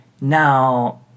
Now